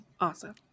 Awesome